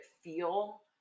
feel